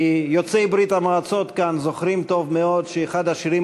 כי יוצאי ברית-המועצות כאן זוכרים טוב מאוד שאחד השירים